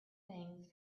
things